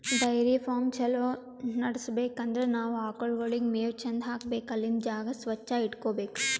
dairy farm ಛಲೋ ನಡ್ಸ್ಬೇಕ್ ಅಂದ್ರ ನಾವ್ ಆಕಳ್ಗೋಳಿಗ್ ಮೇವ್ ಚಂದ್ ಹಾಕ್ಬೇಕ್ ಅಲ್ಲಿಂದ್ ಜಾಗ ಸ್ವಚ್ಚ್ ಇಟಗೋಬೇಕ್